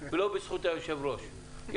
בזכות היושב-ראש.